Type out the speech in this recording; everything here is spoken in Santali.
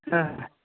ᱦᱮᱸ